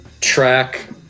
track